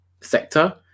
sector